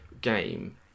game